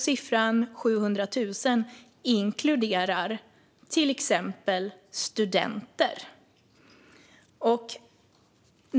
Siffran 700 000 inkluderar till exempel studenter.